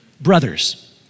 brothers